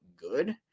good